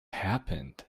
happened